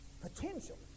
potential